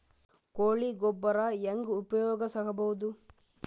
ಕೊಳಿ ಗೊಬ್ಬರ ಹೆಂಗ್ ಉಪಯೋಗಸಬಹುದು?